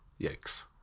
Yikes